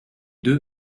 deux